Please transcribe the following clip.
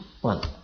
one